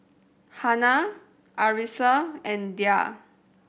Hana Arissa and Dhia